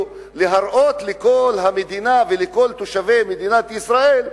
להראות לכל המדינה ולכל תושבי מדינת ישראל: